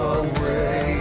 away